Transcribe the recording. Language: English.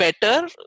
better